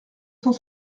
cent